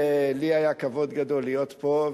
לי היה כבוד גדול להיות פה,